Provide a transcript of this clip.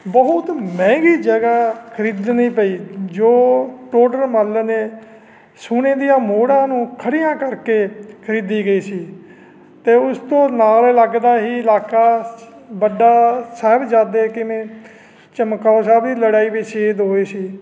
ਬਹੁਤ ਮਹਿੰਗੀ ਜਗ੍ਹਾ ਖਰੀਦਣੀ ਪਈ ਜੋ ਟੋਡਰ ਮੱਲ ਨੇ ਸੋਨੇ ਦੀਆਂ ਮੋਹਰਾਂ ਨੂੰ ਖੜੀਆਂ ਕਰਕੇ ਖਰੀਦੀ ਗਈ ਸੀ ਅਤੇ ਉਸ ਤੋਂ ਨਾਲ ਲੱਗਦਾ ਹੀ ਇਲਾਕਾ ਵੱਡਾ ਸਾਹਿਬਜ਼ਾਦੇ ਕਿਵੇਂ ਚਮਕੌਰ ਸਾਹਿਬ ਦੀ ਲੜਾਈ ਵਿੱਚ ਸ਼ਹੀਦ ਹੋਏ ਸੀ